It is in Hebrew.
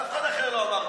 על אף אחד אחר לא אמרתם.